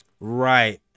right